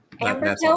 Amber